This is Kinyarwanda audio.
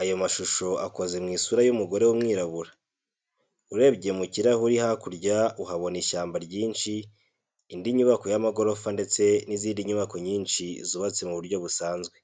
Ayo mashusho akoze mu isura y'umugore w'umwirabura. Urebeye mu kirahure hakurya uhabona ishyamba ryinshi, indi nyubako y'amagorofa ndetse n'izindi nyubako nyinshi zubatse mu buryo busanzwe.